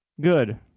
Good